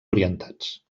orientats